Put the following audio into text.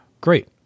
great